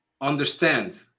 understand